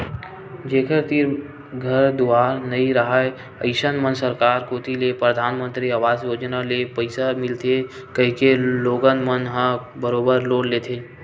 जेखर तीर घर दुवार नइ राहय अइसन म सरकार कोती ले परधानमंतरी अवास योजना ले पइसा मिलथे कहिके लोगन मन ह बरोबर लोन लेथे